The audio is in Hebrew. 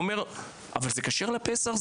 הוא אומר: אבל זה כשר לפסח,